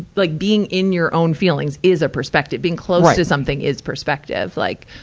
like being in your own feelings is a perspective. being close to something is perspective. like,